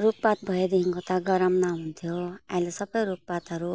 रुखपात भएदेखि त गरममा हुन्थ्यो अहिले सबै रुखपातहरू